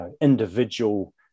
individual